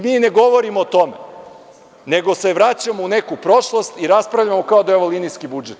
Mi ne govorimo o tome, nego se vraćamo u neku prošlost i raspravljamo, kao da je ovo linijski budžet.